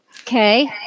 Okay